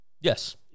yes